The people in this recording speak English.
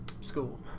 school